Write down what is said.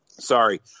Sorry